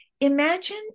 imagine